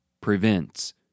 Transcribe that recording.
prevents